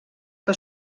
que